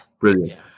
Brilliant